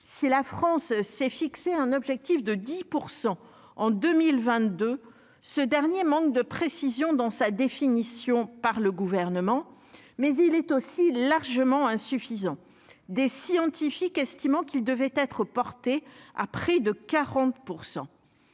si la France s'est fixé un objectif de 10 % en 2022, ce dernier manque de précision dans sa définition par le gouvernement, mais il est aussi largement insuffisant des scientifiques estimant qu'il devait être porté à près de 40